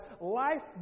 life